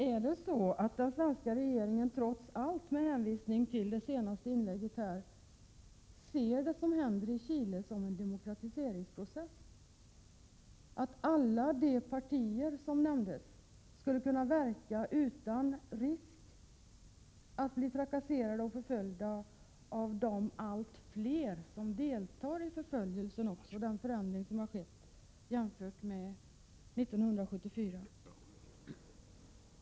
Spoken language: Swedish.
Är det möjligen så att den svenska regeringen trots allt, med hänvisning till de synpunkter som framfördes i det senaste inlägget, ser det som händer i Chile såsom en demokratiseringsprocess? Anser den svenska regeringen att alla de partier som har nämnts skulle kunna verka utan risk för att bli trakasserade och förföljda? Det är allt fler som deltar i förföljelsen. En förändring har skett jämfört med 1974.